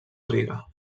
riga